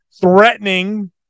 Threatening